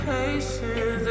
Patience